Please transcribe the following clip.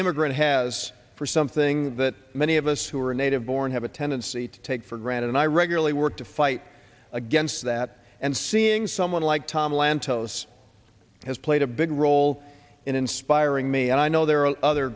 immigrant has for something that many of us who are native born have a tendency to take for granted and i regularly work to fight against that and seeing someone like tom lantos has played a big role in inspiring me and i know there are other